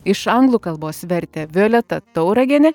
iš anglų kalbos vertė violeta tauragienė